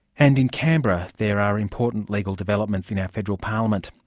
and in canberra there are important legal developments in our federal parliament.